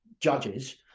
judges